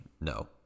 no